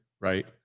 right